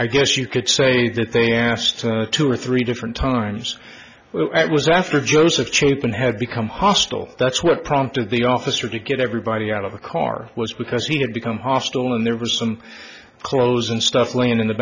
i guess you could say that they asked two or three different times well as it was after joseph chabon had become hostile that's what prompted the officer to get everybody out of the car was because he had become hostile and there was some clothes and stuff laying in the